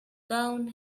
down